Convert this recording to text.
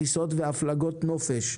טיסות והפלגות נופש.